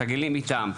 מתרגלות איתם.